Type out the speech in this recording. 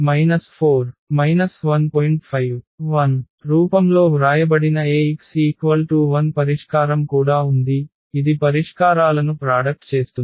5 1 రూపంలో వ్రాయబడిన Ax 0 పరిష్కారం కూడా ఉంది ఇది పరిష్కారాలను ప్రాడక్ట్ చేస్తుంది